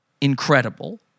incredible